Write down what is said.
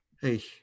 Hey